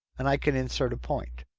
and i can insert a point.